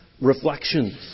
reflections